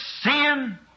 sin